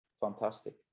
fantastic